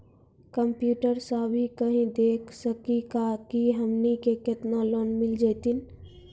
Computer सा भी कही देख सकी का की हमनी के केतना लोन मिल जैतिन?